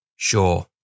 Sure